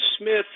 smith